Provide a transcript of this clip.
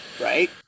Right